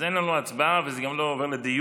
אז אין לנו הצבעה וזה גם לא עובר לדיון.